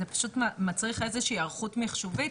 זה מצריך איזושהי היערכות מחשובית,